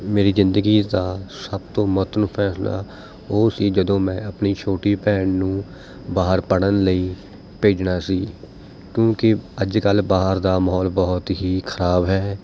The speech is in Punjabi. ਮੇਰੀ ਜ਼ਿੰਦਗੀ ਦਾ ਸਭ ਤੋਂ ਮਹੱਤਵ ਫੈਸਲਾ ਉਹ ਸੀ ਜਦੋਂ ਮੈਂ ਆਪਣੀ ਛੋਟੀ ਭੈਣ ਨੂੰ ਬਾਹਰ ਪੜ੍ਹਨ ਲਈ ਭੇਜਣਾ ਸੀ ਕਿਉਂਕਿ ਅੱਜ ਕੱਲ੍ਹ ਬਾਹਰ ਦਾ ਮਾਹੌਲ ਬਹੁਤ ਹੀ ਖਰਾਬ ਹੈ